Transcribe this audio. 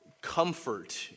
comfort